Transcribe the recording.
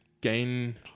gain